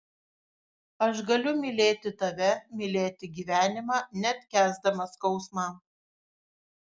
aš galiu mylėti tave mylėti gyvenimą net kęsdama skausmą